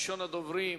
ראשון הדוברים,